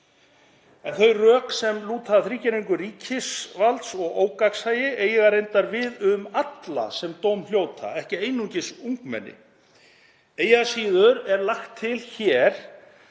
Þau rök er lúta að þrígreiningu ríkisvalds og ógagnsæi eiga reyndar við um alla sem dóm hljóta, ekki einungis ungmenni. Eigi að síður er lagt til að